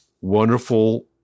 wonderful